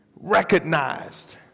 recognized